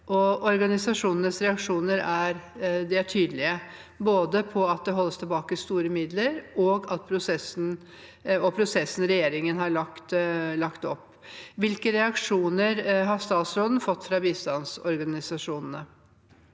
Organisasjonenes reaksjoner er tydelige, både på at det holdes tilbake store midler, og på prosessen regjeringen har lagt opp til. Hvilke reaksjoner har statsråden fått fra bistandsorganisasjonene?